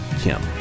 Kim